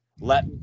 Let